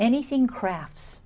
anything crafts